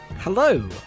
Hello